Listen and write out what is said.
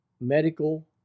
medical